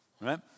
right